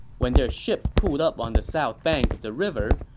when their ships pulled up on the south bank of the river,